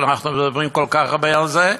ואנחנו מדברים כל כך הרבה על זה,